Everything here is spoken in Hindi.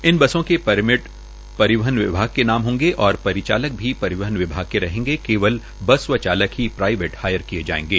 इन बसों के परमिट परिवहन विभाग के नाम होंगे और परिचालक भी परिवहन विभाग के रहेंगे केवल बस व चालक ही प्राइवेट हायर किये जायेंगे